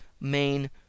main